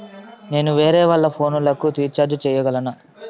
నేను వేరేవాళ్ల ఫోను లకు రీచార్జి సేయగలనా?